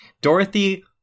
Dorothy